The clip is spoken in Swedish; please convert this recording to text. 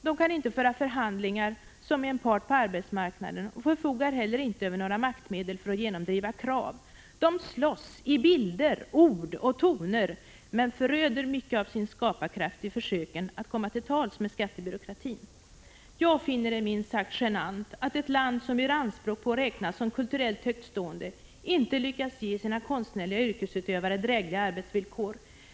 De kan inte föra förhandlingar som en part på arbetsmarknaden och förfogar inte heller över några maktmedel för att genomdriva krav. De slåss i bilder, ord och toner men föröder mycket av sin skaparkraft i försöken att komma till tals med skattebyråkratin. Jag finner det minst sagt genant att ett land som gör anspråk på att räknas som kulturellt högtstående inte lyckats ge sina konstnärliga yrkesutövare 55 drägliga arbetsvillkor.